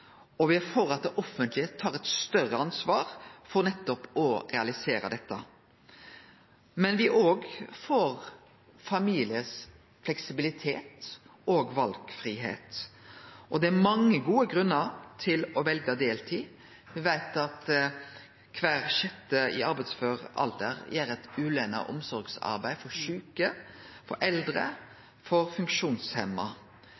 og me er for at det offentlege tar eit større ansvar for nettopp å realisere dette. Men me er òg for familiar sin fleksibilitet og valfridom. Det er mange gode grunnar til å velje deltid. Me veit at kvar sjette i arbeidsfør alder gjer eit ulønt omsorgsarbeid for sjuke, for